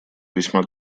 весьма